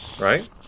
Right